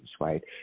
right